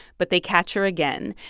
but they catch her again.